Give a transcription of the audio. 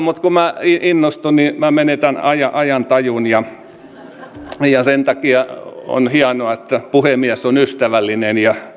mutta kun innostun niin menetän ajantajun ja sen takia on hienoa että puhemies on ystävällinen ja